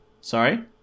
Sorry